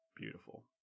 Beautiful